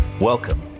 Welcome